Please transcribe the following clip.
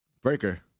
breaker